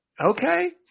Okay